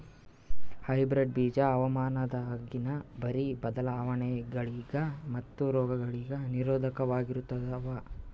hybrid ಬೀಜ ಹವಾಮಾನದಾಗಿನ ಭಾರಿ ಬದಲಾವಣೆಗಳಿಗ ಮತ್ತು ರೋಗಗಳಿಗ ನಿರೋಧಕವಾಗಿರುತ್ತವ